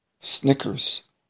Snickers